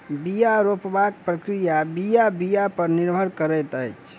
बीया रोपबाक प्रक्रिया बीया बीया पर निर्भर करैत अछि